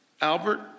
Albert